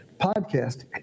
podcast